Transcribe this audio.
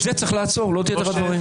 את זה צריך לעצור, לא את יתר הדברים.